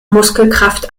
muskelkraft